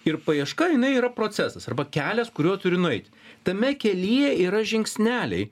ir paieška jinai yra procesas arba kelias kuriuo turi nueiti tame kelyje yra žingsneliai